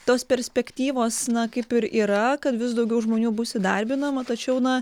tos perspektyvos na kaip ir yra kad vis daugiau žmonių bus įdarbinama tačiau na